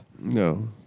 No